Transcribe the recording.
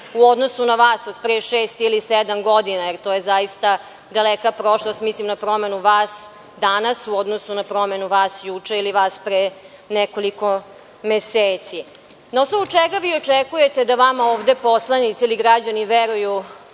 u odnosu na vas od pre šest ili sedam godina, jer to je zaista daleka prošlost, mislim na promenu vas danas u odnosu na promenu vas juče ili vas pre nekoliko meseci. Na osnovu čega vi očekujete da vama ovde poslanici ili građani veruju